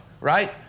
right